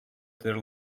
their